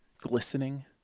Glistening